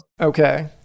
okay